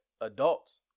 adults